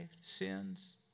sins